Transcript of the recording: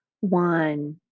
One